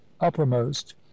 uppermost